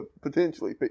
potentially